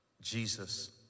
Jesus